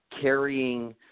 carrying